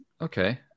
okay